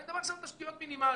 אני מדבר עכשיו על תשתיות מינימליות.